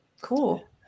Cool